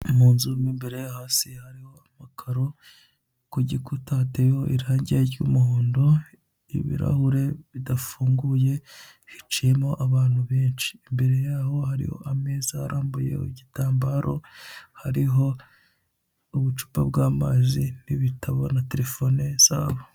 Ni mu nzu mo imbere hasi harimo amakaro ku gikuta hateyeho irange ry'umuhondo ibirahure bidafunguye, hicayemo abantu benshi. Imbere yabo hariho ameza arambuyeho igitambaro hariho ubucupa bw'amazi n'ibitabo na telefone zabo.